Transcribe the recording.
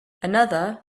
another